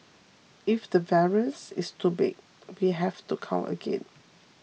if the variance is too big we have to count again